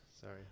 sorry